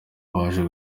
baje